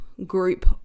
Group